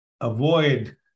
Avoid